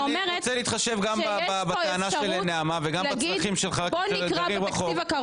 אני רוצה להתחשב גם בטענה של נעמה וגם בצרכים שלך כמי גר רחוק.